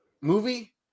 movie